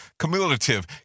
cumulative